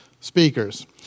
speakers